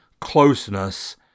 closeness